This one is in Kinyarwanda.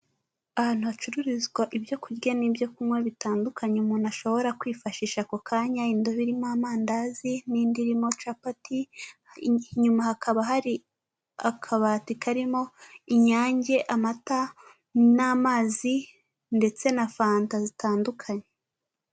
Ahantu hacururizwa ibyo kurya n'ibyo kunywa bitandukanye umuntu ashobora kwifashisha ako kanya, indobo irimo amandazi n'indirimo capati, inyuma hakaba hari akabati karimo Inyange, amata n'amazi ndetse na fanta zitandukanye.